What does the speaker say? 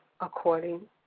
according